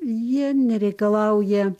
jie nereikalauja